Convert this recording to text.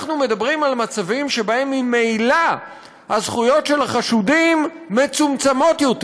אנחנו מדברים על מצבים שבהם ממילא הזכויות של החשודים מצומצמות יותר.